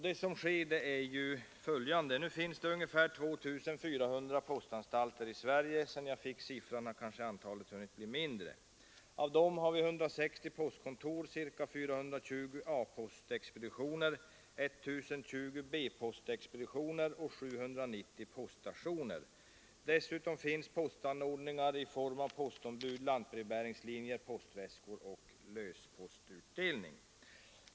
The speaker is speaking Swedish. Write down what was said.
Det som sker är följande: Nu finns det ungefär 2 400 postanstalter i Sverige — sedan jag fick siffran har kanske antalet hunnit bli mindre. Av dem är 160 postkontor, ca 420 A-postexpeditioner, 1020 B-postexpeditioner och 790 poststationer. Dessutom finns postanordningar i form av postombud, lantbrevbäringslinjer, postväskor och löspostutdelning.